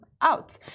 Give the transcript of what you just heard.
out